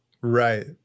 Right